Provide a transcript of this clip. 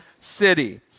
city